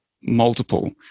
multiple